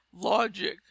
logic